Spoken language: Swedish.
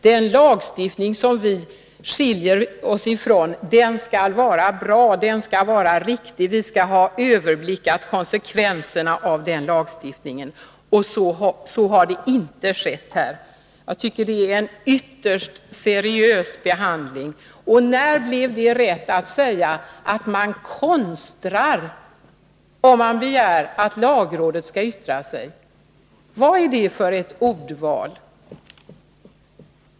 Den lagstiftning som vi skiljer oss från skall vara bra och riktig. Vi skall ha överblickat konsekvenserna av den lagstiftningen. Så har inte skett i det här fallet. Jag tycker att det är en ytterst seriös behandling från vår sida i utskottet. När blev det rätt att säga att man konstrar om man begär att lagrådet skall yttra sig? Vad är det för ett ordval?